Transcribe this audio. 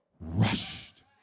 rushed